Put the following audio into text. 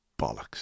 bollocks